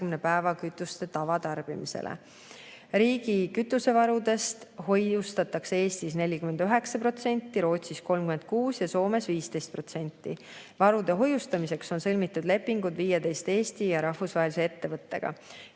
päeva kütuste tavatarbimisele. Riigi kütusevarudest hoiustatakse Eestis 49%, Rootsis 36% ja Soomes 15%. Varude hoiustamiseks on sõlmitud lepingud 15 Eesti ja rahvusvahelise ettevõttega.